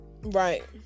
right